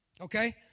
Okay